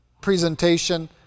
presentation